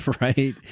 right